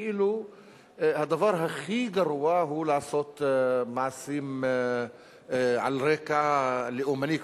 כאילו הדבר הכי גרוע הוא לעשות מעשים על רקע לאומני,